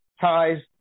ties